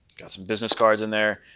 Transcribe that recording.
got some business cards in there.